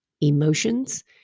emotions